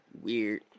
weird